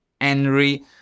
Henry